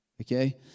Okay